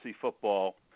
football